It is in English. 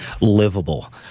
livable